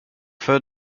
third